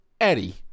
Eddie